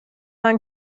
man